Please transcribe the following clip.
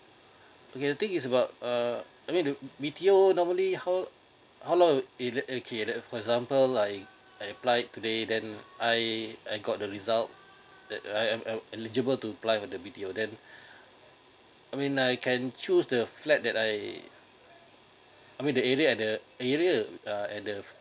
okay the thing is about uh I mean the B_T_O normally how how long is it okay for example like I apply today then I I got the result that uh right I'm eligible to apply for the B_T_O then I mean like I can choose the flat that I I mean the area at the area at the